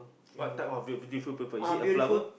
what type of beautiful paper is it the flower